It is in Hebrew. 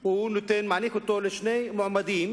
הוא מעניק לשני מועמדים,